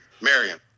Marion